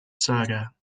saga